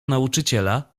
nauczyciela